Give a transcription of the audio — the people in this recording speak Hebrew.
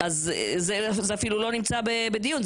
זה אפילו לא נמצא בדיון.